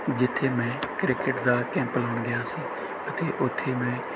ਜਿੱਥੇ ਮੈਂ ਕ੍ਰਿਕਟ ਦਾ ਕੈਂਪ ਲਗਾਉਣ ਗਿਆ ਸੀ ਅਤੇ ਉੱਥੇ ਮੈਂ